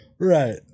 Right